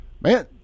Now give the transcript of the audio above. man